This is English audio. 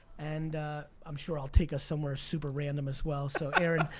and i'm sure i'll take us somewhere super random as well, so aaron,